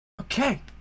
Okay